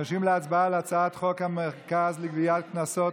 אנחנו ניגשים להצבעה על הצעת חוק המרכז לגביית קנסות,